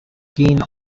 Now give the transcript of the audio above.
keen